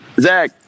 Zach